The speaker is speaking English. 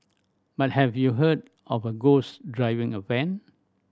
but have you heard of a ghost driving a van